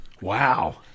Wow